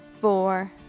four